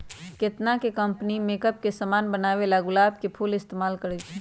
केतना न company makeup के समान बनावेला गुलाब के फूल इस्तेमाल करई छई